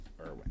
Irwin